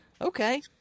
Okay